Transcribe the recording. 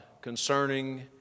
concerning